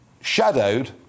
shadowed